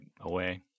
away